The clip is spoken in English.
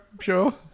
sure